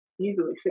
easily